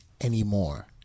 anymore